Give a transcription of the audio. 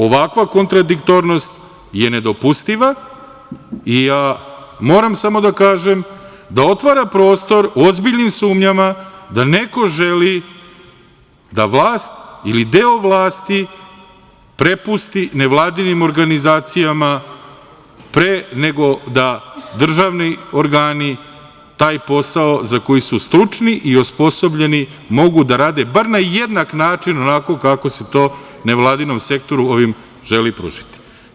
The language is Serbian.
Ovakva kontradiktornost je nedopustiva i ja moram samo da kažem da otvara prostor ozbiljnim sumnjama da neko želi da vlast ili deo vlasti prepusti nevladinim organizacijama pre nego da državni organi taj posao za koji su stručni i osposobljeni mogu da rade bar na jednak način onako kako se to nevladinom sektoru ovim želi pružiti.